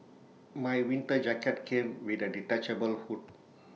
my winter jacket came with A detachable hood